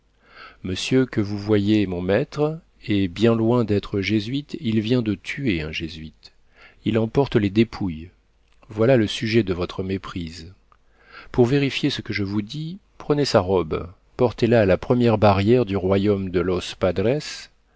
monsieur que vous voyez est mon maître et bien loin d'être jésuite il vient de tuer un jésuite il en porte les dépouilles voilà le sujet de votre méprise pour vérifier ce que je vous dis prenez sa robe portez-la à la première barrière du royaume de los padres